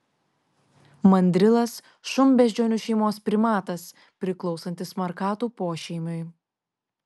mandrilas šunbeždžionių šeimos primatas priklausantis markatų pošeimiui